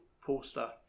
poster